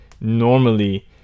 normally